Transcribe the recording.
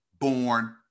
born